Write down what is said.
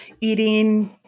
eating